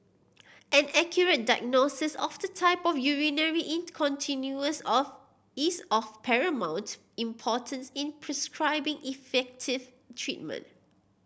an accurate diagnosis of the type of urinary incontinence of is of paramount importance in prescribing effective treatment